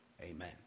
Amen